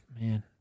Man